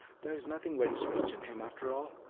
there is nothing very strange in him after all.